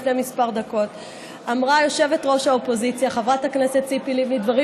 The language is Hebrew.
לפני כמה דקות אמרה יושבת-ראש האופוזיציה חברת הכנסת ציפי לבני דברים